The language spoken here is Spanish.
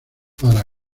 para